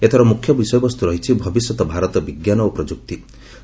ଏଥର ମୁଖ୍ୟ ବିଷୟବସ୍ତୁ ରହିଛି 'ଭବିଷ୍ୟତ ଭାରତ ବିଜ୍ଞାନ ଓ ପ୍ରଯୁକ୍ତି'